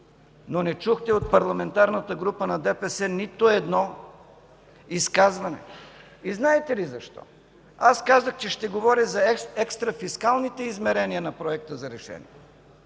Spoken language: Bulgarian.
но не чухте от Парламентарната група на ДПС нито едно изказване. Знаете ли защо? Аз казах, че ще говоря за екстрафискалните измерения на Проекта за решение.